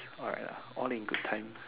alright lah all in good times